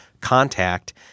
contact